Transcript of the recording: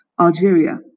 Algeria